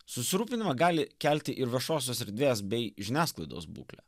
susirūpinimą gali kelti ir viešosios erdvės bei žiniasklaidos būklė